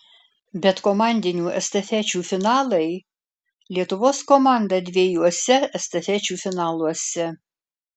bet komandinių estafečių finalai lietuvos komanda dviejuose estafečių finaluose